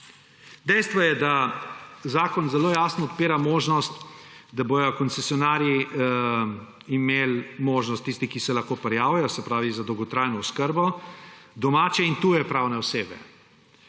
Dejstvo je, da zakon zelo jasno odpira možnost, da bodo koncesionarji imeli možnost, tisti, ki se lahko prijavijo za dolgotrajno oskrbo, domače in tuje pravne osebe,